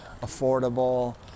affordable